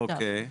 אוקיי.